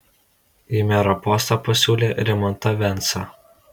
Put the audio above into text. į mero postą pasiūlė rimantą vensą